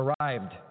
arrived